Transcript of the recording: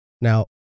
Now